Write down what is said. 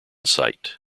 site